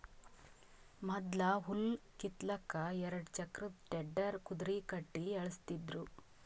ಮೊದ್ಲ ಹುಲ್ಲ್ ಕಿತ್ತಲಕ್ಕ್ ಎರಡ ಚಕ್ರದ್ ಟೆಡ್ಡರ್ ಕುದರಿ ಕಟ್ಟಿ ಎಳಸ್ತಿದ್ರು